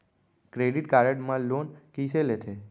Credit card मा loan कइसे लेथे?